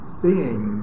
seeing